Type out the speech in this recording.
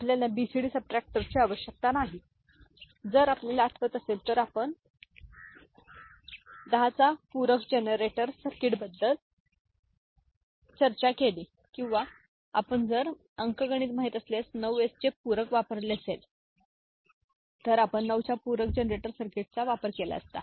आपल्याला बीसीडी सबट्रॅक्टरची आवश्यकता नाही जर आपल्याला आठवत असेल तर आपण 10 एस पूरक जनरेटर सर्किटबद्दल चर्चा केली किंवा आपण जर अंकगणित माहित असलेल्या 9 एसचे पूरक वापरले असेल तर आपण 9 च्या पूरक जनरेटर सर्किटचा वापर केला असता